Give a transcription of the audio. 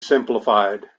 simplified